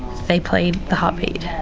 they played the heartbeat.